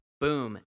Boom